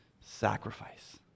sacrifice